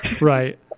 right